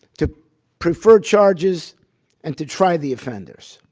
to prefer charges and to try the offenders.